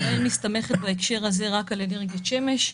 ישראל מסתמכת בהקשר הזה רק על אנרגיית שמש,